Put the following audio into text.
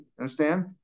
understand